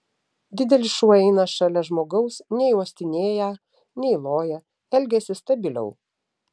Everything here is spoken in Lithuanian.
didelis šuo eina šalia žmogaus nei uostinėją nei loja elgiasi stabiliau